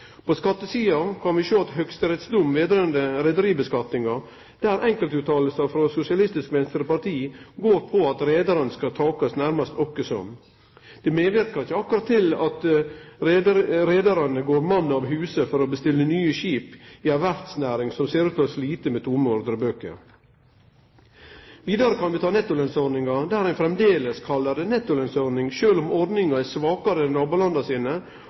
På skattesida kan vi sjå ein høgsterettsdom som gjeld skattlegging av reiarlag, der enkeltfråsegn frå Sosialistisk Venstreparti går på at reiaren skal takast, nærmast åkkesom. Det medverkar ikkje akkurat til at reiarane går mann av huse for å bestille nye skip i ei verftsnæring som ser ut til å slite med tomme ordrebøker. Vidare kan vi ta nettolønsordninga, som ein framleis kallar ei nettolønsordning, sjølv om ordninga er svakare enn